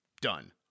Done